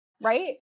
Right